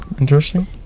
Interesting